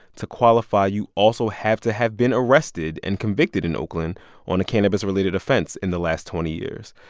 to qualify, you also have to have been arrested and convicted in oakland on a cannabis-related offense in the last twenty years.